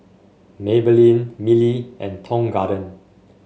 Maybelline Mili and Tong Garden